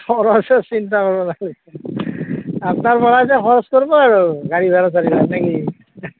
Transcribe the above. খৰচৰ চিন্তা কৰিব নালাগে আপনাৰ পৰা যে খৰচ কৰিব আৰু গাড়ী ভাৰা চাড়ী ভাৰা নে কি